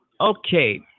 Okay